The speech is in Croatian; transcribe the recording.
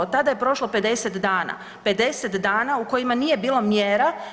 Od tada je prošlo 50 dana, 50 dana u kojima nije bilo mjera.